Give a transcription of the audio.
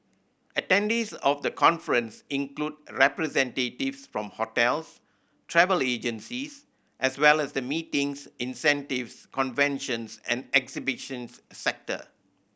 attendees of the conference include representatives from hotels travel agencies as well as the meetings incentives conventions and exhibitions sector